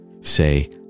say